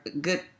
good